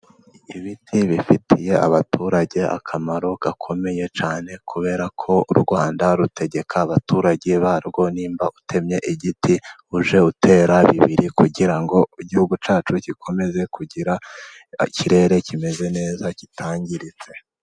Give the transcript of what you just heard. Ibiti bifitiye abaturage akamaro gakomeye cyane kubera ko u Rwanda rutegeka abaturage barwo niba utemye igiti ujye utera bibiri kugira ngo igihugu cyacu gikomeze kugira ikirere kimeze neza kitangiritse.